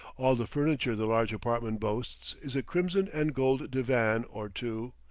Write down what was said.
all the furniture the large apartment boasts is a crimson-and-gold divan or two,